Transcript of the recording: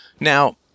Now